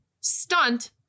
Stunt